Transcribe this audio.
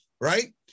right